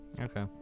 Okay